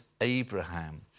Abraham